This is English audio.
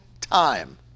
time